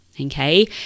okay